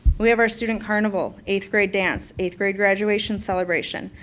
we have our student carnival, eighth grade dance, eighth grade graduation celebration,